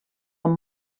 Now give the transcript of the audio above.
amb